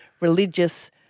religious